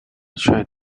tried